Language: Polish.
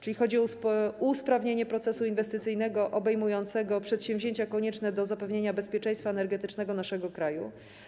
Chodzi o usprawnienie procesu inwestycyjnego obejmującego przedsięwzięcia konieczne do zapewnienia bezpieczeństwa energetycznego naszego kraju.